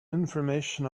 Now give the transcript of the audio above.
information